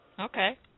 Okay